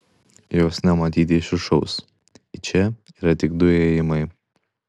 jos nematyti iš viršaus į čia yra tik du įėjimai